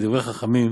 שדברי חכמים